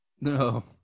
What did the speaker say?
No